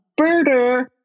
birder